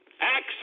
Acts